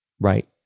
Right